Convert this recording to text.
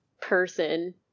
person